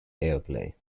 airplay